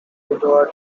edward